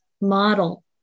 model